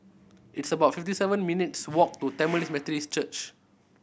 it's about fifty seven minutes' walk to Tamil Methodist Church